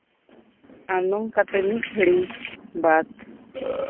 ᱟᱨ ᱱᱚᱝᱠᱟᱛᱮ ᱢᱤᱫ ᱜᱷᱟᱹᱲᱤ ᱵᱟᱫᱽ